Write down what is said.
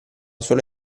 sola